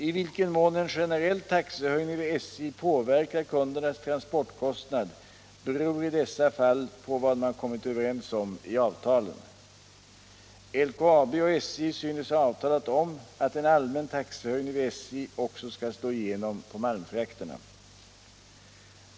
I vilken mån en generell taxehöjning vid SJ påverkar kundernas transportkostnad beror i dessa fall på vad man kommit överens om i avtalen. LKAB och SJ synes ha avtalat om att en allmän taxehöjning vid SJ också skall slå igenom på malmfrakterna.